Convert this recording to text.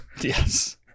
Yes